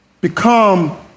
become